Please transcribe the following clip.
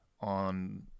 on